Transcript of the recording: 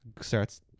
starts